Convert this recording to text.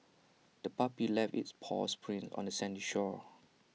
the puppy left its paw prints on the sandy shore